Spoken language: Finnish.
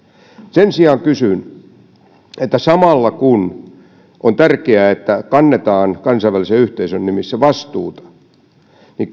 sen sijaan kysyn samalla kun on tärkeää että kannetaan kansainvälisen yhteisön nimissä vastuuta niin